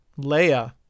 leia